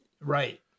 Right